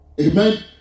Amen